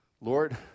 Lord